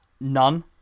none